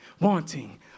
wanting